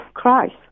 Christ